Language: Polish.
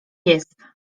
jest